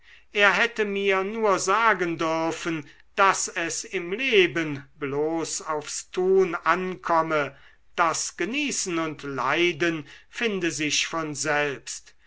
er hätte mir nur sagen dürfen daß es im leben bloß aufs tun ankomme das genießen und leiden finde sich von selbst